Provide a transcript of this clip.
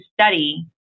study